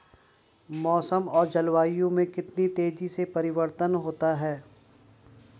मौसम और जलवायु में कितनी तेजी से परिवर्तन होता है?